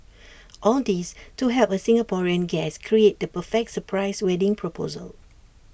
all this to help A Singaporean guest create the perfect surprise wedding proposal